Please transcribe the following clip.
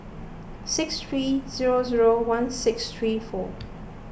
six three zero zero one six three four